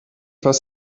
was